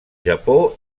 japó